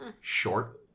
Short